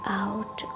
out